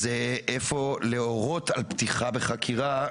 איפה להורות על פתיחה בחקירה,